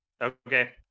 Okay